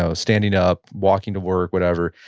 ah standing up, walking to work whatever,